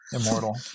immortal